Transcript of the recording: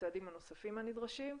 הצעדים הנוספים הנדרשים,